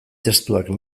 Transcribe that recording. testuak